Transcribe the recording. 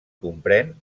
comprèn